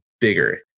bigger